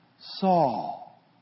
Saul